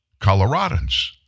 Coloradans